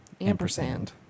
Ampersand